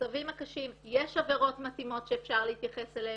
במצבים הקשים יש עבירות מתאימות שאפשר להתייחס אליהן,